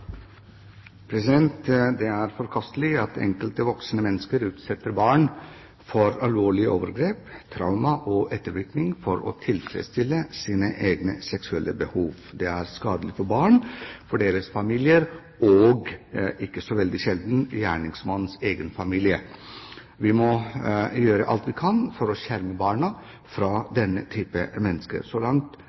Det er forkastelig at enkelte voksne mennesker utsetter barn for alvorlige overgrep, traumer og ettervirkninger for å tilfredsstille sine egne seksuelle behov. Det er skadelig for barna, for deres familier og ikke så veldig sjelden for gjerningsmannens egen familie. Vi må gjøre alt vi kan for å skjerme barna fra denne type mennesker. Så langt